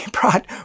brought